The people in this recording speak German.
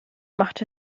machte